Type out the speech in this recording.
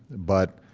but